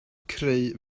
creu